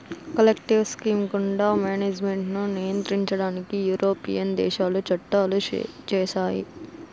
collective scheme గుండా management ను నియంత్రించడానికి యూరోపియన్ దేశాలు చట్టాలు చేశాయి